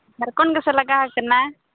ᱡᱷᱟᱲᱠᱷᱚᱸᱰ ᱜᱮᱥᱮ ᱞᱟᱜᱟᱣ ᱟᱠᱟᱱᱟ